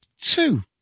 two